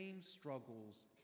struggles